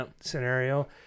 scenario